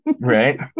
right